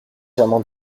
germain